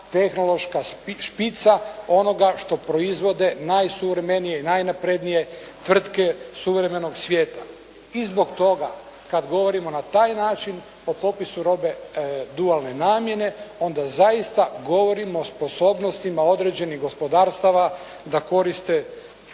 tehnološka špica onoga što proizvode najsuvremenije, najnaprednije tvrtke suvremenog svijeta. I zbog toga, kada govorimo na taj način o popisu robe dualne namjene, onda zaista govorimo o sposobnostima određenih gospodarstava da koriste